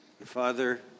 Father